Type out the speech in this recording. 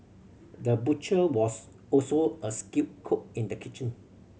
the butcher was also a skilled cook in the kitchen